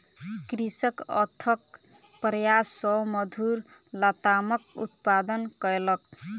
कृषक अथक प्रयास सॅ मधुर लतामक उत्पादन कयलक